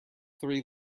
three